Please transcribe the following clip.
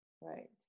right